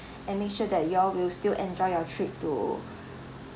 and make sure that you all will still enjoy your trip to